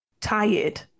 tired